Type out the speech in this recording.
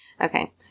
Okay